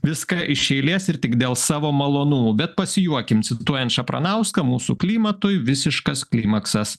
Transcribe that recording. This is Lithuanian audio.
viską iš eilės ir tik dėl savo malonumų bet pasijuokim cituojant šapranauską mūsų klimatui visiškas klimaksas